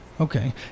okay